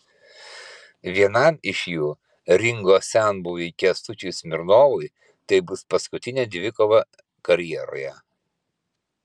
vienam iš jų ringo senbuviui kęstučiui smirnovui tai bus paskutinė dvikova karjeroje